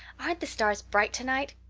aren't the stars bright tonight?